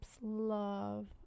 love